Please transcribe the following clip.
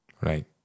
right